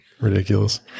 Ridiculous